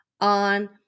on